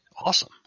Awesome